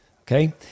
Okay